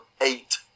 eight